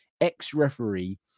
ex-referee